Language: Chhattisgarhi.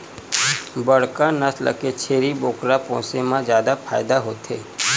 बड़का नसल के छेरी बोकरा पोसे म जादा फायदा होथे